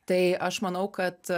tai aš manau kad